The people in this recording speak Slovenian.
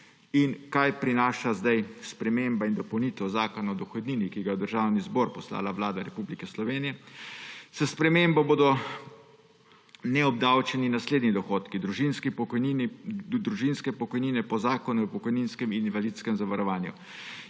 Kaj prinaša zdaj sprememba in dopolnitev Zakona o dohodnini, ki ga je v Državni zbor poslala Vlada Republike Slovenije? S spremembo bodo neobdavčeni naslednji dohodki: družinske pokojnine po Zakonu o pokojninskem in invalidskem zavarovanju,